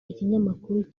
ikinyamakuru